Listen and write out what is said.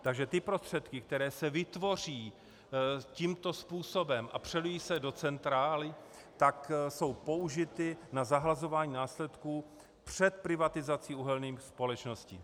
Takže ty prostředky, které se vytvoří tímto způsobem a přelijí se do centra, jsou použity na zahlazování následků před privatizací uhelných společností.